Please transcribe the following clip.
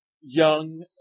young